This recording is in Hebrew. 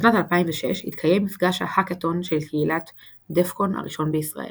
בשנת 2006 התקיים מפגש ה-Hackathon של קהילת DEF CON הראשון בישראל.